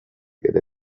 ere